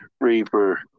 Reaper